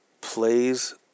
plays